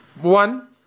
One